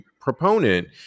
proponent